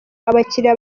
abakiliya